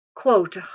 quote